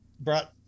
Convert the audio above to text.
brought